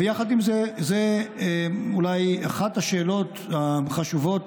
ויחד עם זה, זו אולי אחת השאלות החשובות